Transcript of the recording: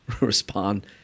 Respond